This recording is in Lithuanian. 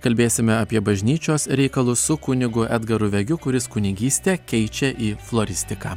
kalbėsime apie bažnyčios reikalus su kunigu edgaru vegiu kuris kunigystę keičia į floristiką